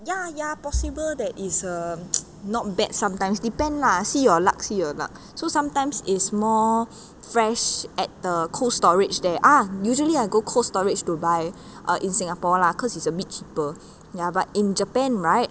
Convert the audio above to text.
ya ya possible that is uh not bad sometimes depend lah see your luck see your luck so sometimes is more fresh at the cold storage there ah usually I go cold storage to buy uh in singapore lah cause it's a bit cheaper ya but in japan right